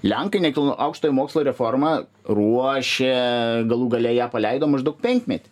lenkai nekilno aukštojo mokslo reformą ruošė galų gale ją paleido maždaug penkmetį